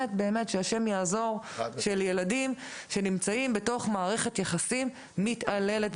ילדים שנמצאים בתוך מערכת יחסית מתעללת,